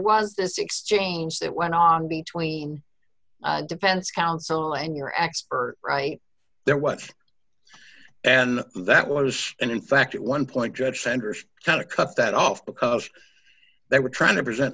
was this exchange that went on between defense counsel and your expert right there what and that was and in fact at one point judge sanders kind of cut that off because they were trying to present